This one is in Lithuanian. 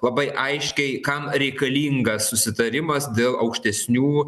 labai aiškiai kam reikalingas susitarimas dėl aukštesnių